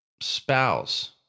spouse